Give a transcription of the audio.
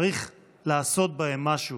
צריך לעשות בהם משהו.